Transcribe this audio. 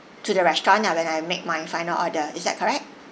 to the restaurant lah when I make my final order is that correct